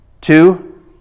Two